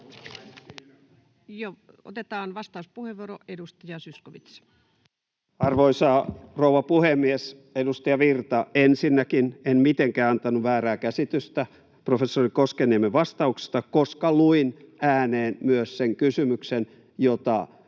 Otetaan vastauspuheenvuoro, edustaja Zyskowicz. Arvoisa rouva puhemies! Edustaja Virta, ensinnäkään en mitenkään antanut väärää käsitystä professori Koskenniemen vastauksesta, koska luin ääneen myös sen kysymyksen, jonka siinä